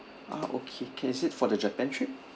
ah okay is it for the japan trip